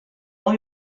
all